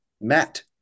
Matt